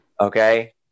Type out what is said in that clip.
Okay